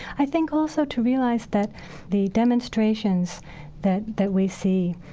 i think also to realize that the demonstrations that that we see,